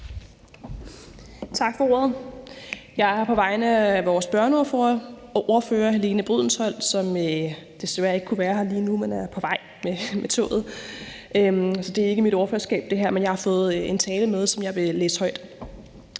(ALT): Jeg er her på vegne af vores børneordfører, Helene Brydensholt, som desværre ikke kunne være her lige nu, men som er på vej med toget. Det her er ikke mit ordførerskab, men jeg har fået en tale med, som jeg vil læse højt.